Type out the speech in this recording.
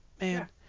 man